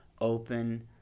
open